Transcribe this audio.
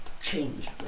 change